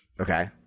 okay